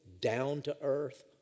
down-to-earth